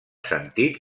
sentit